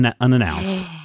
unannounced